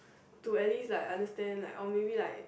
to at least like understand like or maybe like